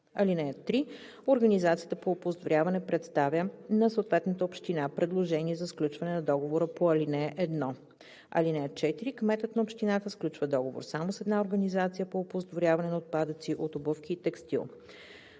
(3) Организацията по оползотворяване представя на съответната община предложение за сключване на договора по ал. 1. (4) Кметът на общината сключва договор само с една организация по оползотворяване на отпадъци от обувки и текстил.